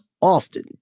often